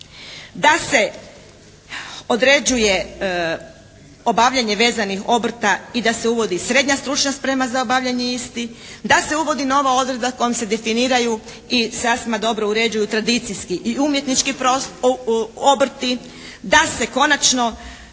da se određuje obavljanje vezanih obrta i da se uvodi srednja stručna sprema za obavljanje istih, da se uvodi nova uredba kojom se definiraju i sasma dobro uređuju tradicijski i umjetnički obrti, da se konačno